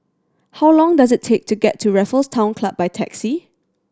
how long does it take to get to Raffles Town Club by taxi